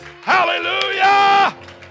Hallelujah